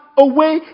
away